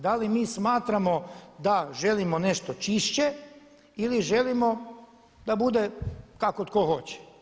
Da li mi smatramo da želimo nešto čišće ili želimo da bude kako tko hoće?